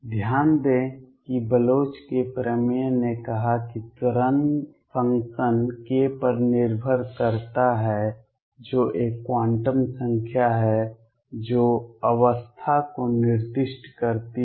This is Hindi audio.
ध्यान दें कि बलोच के प्रमेय ने कहा कि तरंग फ़ंक्शन k पर निर्भर करता है जो एक क्वांटम संख्या है जो अवस्था को निर्दिष्ट करती है